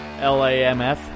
LAMF